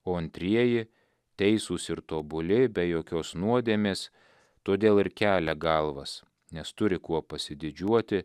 o antrieji teisūs ir tobuli be jokios nuodėmės todėl ir kelia galvas nes turi kuo pasididžiuoti